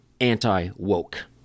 anti-woke